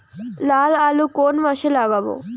লাল আলু কোন মাসে লাগাব?